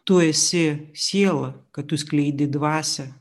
tu esi siela kad tu skleidi dvasią